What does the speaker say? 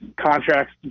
contract's